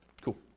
Cool